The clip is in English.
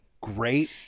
great